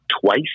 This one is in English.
twice